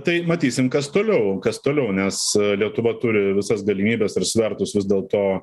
tai matysim kas toliau kas toliau nes lietuva turi visas galimybes ir svertus vis dėlto